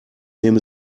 nehme